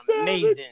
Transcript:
amazing